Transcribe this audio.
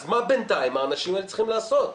אז מה בינתיים האנשים האלה צריכים לעשות?